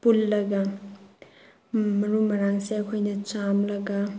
ꯄꯨꯜꯂꯒ ꯃꯔꯨ ꯃꯔꯥꯡꯁꯦ ꯑꯩꯈꯣꯏꯅ ꯆꯥꯝꯂꯒ